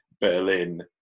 Berlin